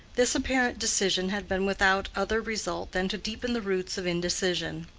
this apparent decision had been without other result than to deepen the roots of indecision.